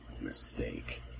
mistake